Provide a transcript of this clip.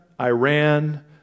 Iran